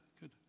good